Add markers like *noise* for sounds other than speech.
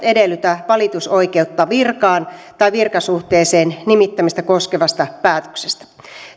*unintelligible* edellytä valitusoikeutta virkaan tai virkasuhteeseen nimittämistä koskevasta päätöksestä